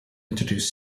introduced